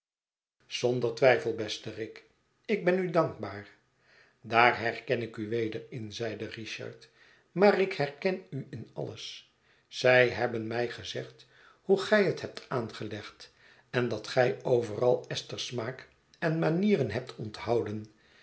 zonder twijfel beste rick ik ben u dankbaar daar herken ik u weder in zeide richard maar ik herken u in alles zij hebben mij gezegd hoe gij het hebt aangelegd en dat gij overal esther's smaak en manieren hebt onthouden